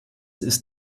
ist